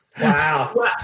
Wow